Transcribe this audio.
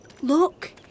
Look